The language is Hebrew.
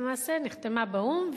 נחתמה באו"ם,